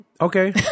Okay